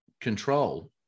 control